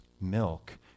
milk